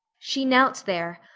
she knelt there,